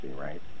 right